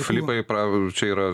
filipai prav čia yra